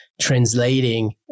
translating